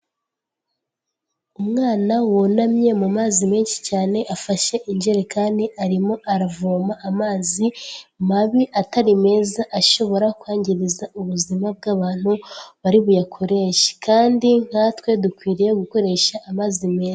Umwana wunamye mu mazi menshi cyane afashe injerekani arimo aravoma amazi mabi atari meza ashobora kwangiza ubuzima bw'abantu bari buyakoreshe, kandi nkatwe dukwiriye gukoresha amazi meza.